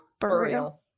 Burial